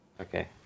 okay